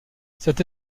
cette